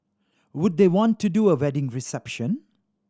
would they want to do a wedding reception